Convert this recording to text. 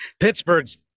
Pittsburgh's